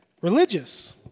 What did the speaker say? religious